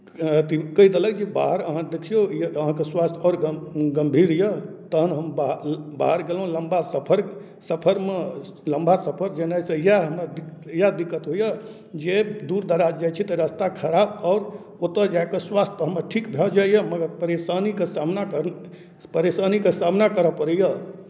अथि कहि देलथि जे बाहर अहाँ देखियौ अहाँके स्वास्थ्य आओर गम् गम्भीर यए तहन हम बाह ल् बाहर गेलहुँ लम्बा सफर सफरमे लम्बा सफरमे जेनाइसँ इएह हमरा दि इएह दिक्कत होइए जे दूर दराज जाइ छी तऽ रस्ता खराब आओर ओतय जाए कऽ स्वास्थ्य हमर ठीक भऽ जाइए मगर परेशानीके सामना करय परेशानीके सामना करय पड़ैए